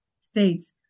states